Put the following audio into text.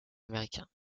américain